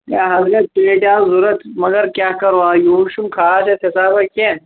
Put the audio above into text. ہے اَہن حظ پیٹہِ آسہٕ ضروٗرت مگر کیٛاہ کرو یہُس چھُنہٕ خاص یتھ حِساباہ کیٚنٛہہ